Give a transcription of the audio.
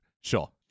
Sure